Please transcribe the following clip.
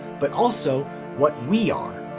but also what we are.